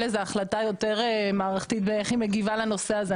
כאן החלטה יותר מערכתית איך היא מגיבה לנושא הזה.